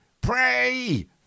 pray